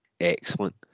excellent